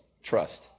Trust